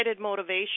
motivation